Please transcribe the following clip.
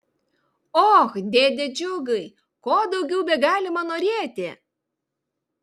och dėde džiugai ko daugiau begalima norėti